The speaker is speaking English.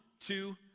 two